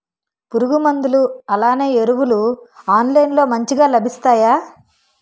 పురుగు మందులు అలానే ఎరువులు ఆన్లైన్ లో మంచిగా లభిస్తాయ?